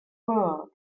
world